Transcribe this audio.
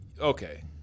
okay